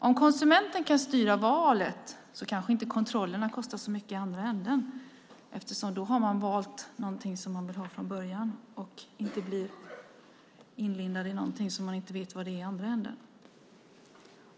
Om konsumenten kan styra valet kanske inte kontrollerna kostar så mycket i andra ändan, eftersom man då har valt någonting som man vill ha från början och inte blir inlindad i någonting och inte vet vad det är i andra ändan.